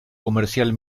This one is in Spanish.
comercial